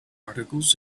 articles